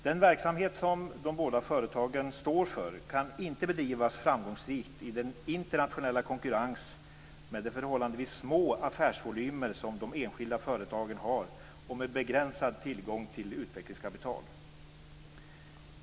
Den verksamhet som båda företagen står för kan inte bedrivas framgångsrikt i den internationella konkurrensen med de förhållandevis små affärsvolymer som de enskilda företagen har och med begränsad tillgång till utvecklingskapital.